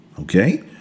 Okay